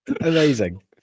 Amazing